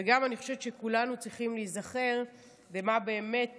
ואני גם חושבת שכולנו צריכים להיזכר מה באמת